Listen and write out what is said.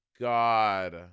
God